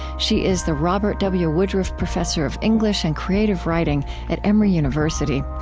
she is the robert w. woodruff professor of english and creative writing at emory university.